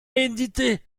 édité